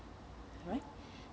alright